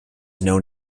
known